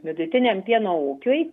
vidutiniam pieno ūkiui